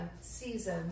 season